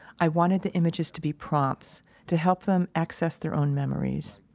i wanted the images to be prompts to help them access their own memories.